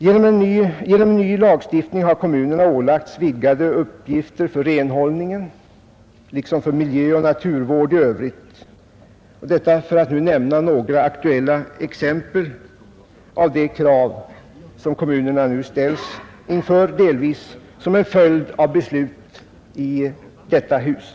Genom ny lagstiftning har kommunerna ålagts vidgade uppgifter för renhållningen liksom för miljöoch naturvård i övrigt — för att nu nämna några aktuella exempel på de krav som kommunerna ställs inför delvis som en följd av beslut i detta hus.